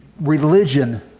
religion